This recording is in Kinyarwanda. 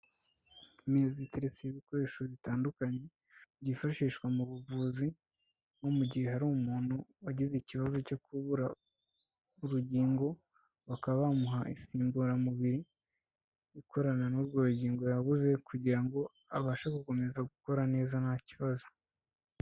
Imeza iteretseho ibikoresho bitandukanye byifashishwa mu buvuzi nko mu gihe hari umuntu wagize ikibazo cyo kubura urugingo, bakaba bamuha insimburamubiri ikorana n'urwo rugingo yabuze kugira ngo abashe gukomeza gukora neza nta kibazo.